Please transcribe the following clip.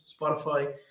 Spotify